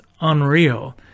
unreal